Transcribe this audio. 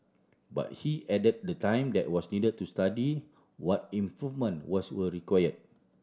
but he added the time that was needed to study what improvement was were require